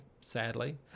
sadly